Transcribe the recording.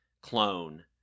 clone